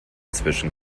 zwischen